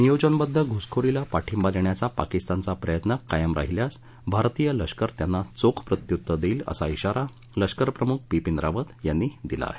भारतात नियोजनबद्ध घुसखोरीला पाठिंबा देण्याचा पाकिस्तानचा प्रयत्न कायम राहिल्यास भारतीय लष्कर त्यांना चोख प्रत्युत्तर देईल असा श्रीारा लष्करप्रमुख बिपीन रावत यांनी दिला आहे